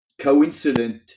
coincident